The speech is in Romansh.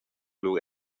lur